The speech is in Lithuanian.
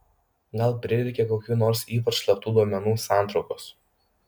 gal prireikė kokių nors ypač slaptų duomenų santraukos